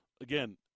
again